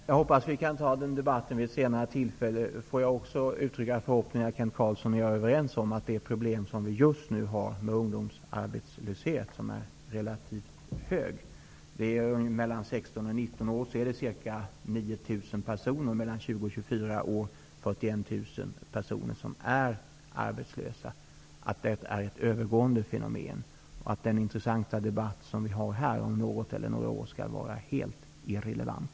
Herr talman! Jag hoppas att vi kan ta den debatten vid ett senare tillfälle. Får jag också uttrycka förhoppningen att Kent Carlsson och jag är överens om att det problem som vi just nu har med ungdomsarbetslösheten är övergående -- den arbetslöshet som är relativt hög och som bland ungdomar mellan 16 och 19 år uppgår till ca 9 000 personer och bland ungdomar mellan 20 och 24 år ca 4100. Den debatten bör om något eller några år vara helt irrelevant.